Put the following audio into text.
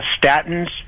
statins